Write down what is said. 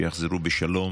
שיחזרו בשלום